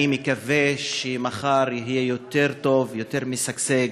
אני מקווה שמחר יהיה יותר טוב ויותר משגשג,